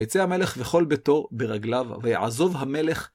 יצא המלך וכול בתור ברגליו, ויעזוב המלך.